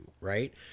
right